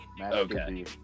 Okay